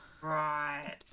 Right